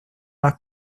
las